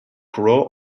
crow